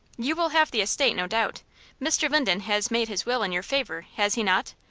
you will have the estate, no doubt mr. linden has made his will in your favor, has he not?